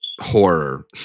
Horror